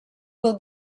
will